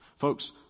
Folks